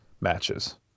matches